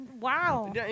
Wow